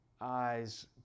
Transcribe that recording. eyes